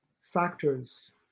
factors